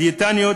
דיאטניות,